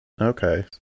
Okay